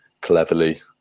cleverly